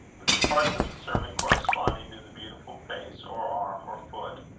but the parts of the sermon corresponding to the beautiful face or arm or foot,